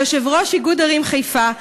כיושב-ראש איגוד ערים חיפה,